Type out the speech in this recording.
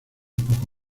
poco